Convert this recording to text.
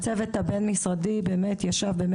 הצוות הבין-משרדי קיים דיונים מאוד מקצועיים ומסודרים